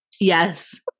Yes